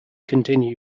continue